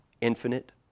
infinite